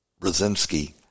Brzezinski